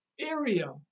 area